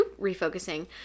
refocusing